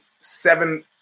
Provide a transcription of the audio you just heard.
seven